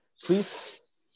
please